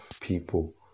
people